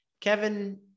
Kevin